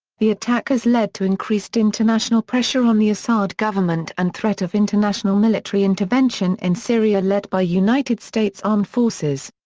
the attack has led to increased international pressure on the assad government and threat of international military intervention in syria led by united states armed forces.